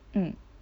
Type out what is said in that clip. mm